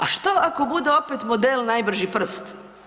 A što ako bude opet model najbrži prst?